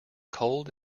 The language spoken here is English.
cold